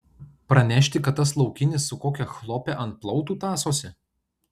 pranešti kad tas laukinis su kokia chlope ant plautų tąsosi